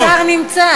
הנה, השר נמצא.